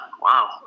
wow